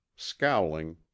scowling